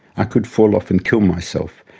i could fall off and kill myself,